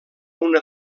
una